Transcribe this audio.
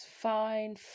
fine